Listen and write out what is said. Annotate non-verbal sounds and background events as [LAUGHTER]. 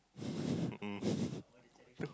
[LAUGHS] mm no